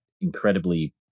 incredibly